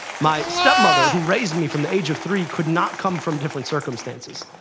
my stepmother, who raised me from the age of three, could not come from different circumstances.